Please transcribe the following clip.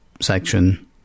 section